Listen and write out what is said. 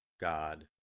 God